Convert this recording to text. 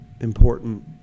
important